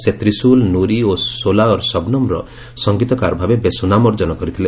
ସେ ତ୍ରୀଶୁଲ୍ ନୁରୀ ଓ ସୋଲା ଔର୍ ସବ୍ନମ୍ର ସଂଗୀତକାର ଭାବେ ବେଶ୍ ସୁନାମ ଅର୍ଜନ କରିଥିଲେ